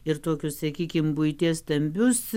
ir tokius sakykim buities stambius